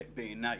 בעיני.